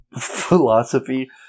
philosophy